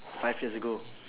five years ago